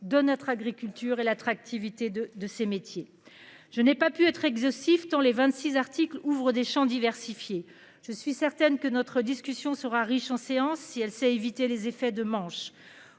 de notre agriculture et l'attractivité de de ces métiers. Je n'ai pas pu être exhaustif tant les 26 articles ouvrent des champs diversifiée. Je suis certaine que notre discussion sera riche en séance si elle sait éviter les effets de manche